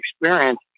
experience